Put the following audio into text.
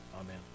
Amen